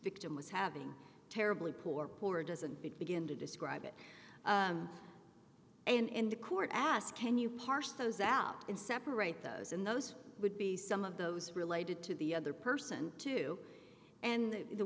victim was having terribly poor poor doesn't begin to describe it and the court ask can you parse those out and separate those and those would be some of those related to the other person too and the